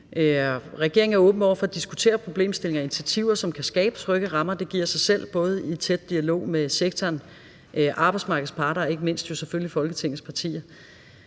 Regeringen er åben over for at diskutere problemstillinger og initiativer, som kan skabe trygge rammer – det giver sig selv – både i en tæt dialog med sektoren, arbejdsmarkedets parter og ikke mindst jo selvfølgelig Folketingets partier.